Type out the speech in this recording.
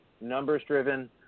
numbers-driven